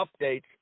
updates